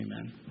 Amen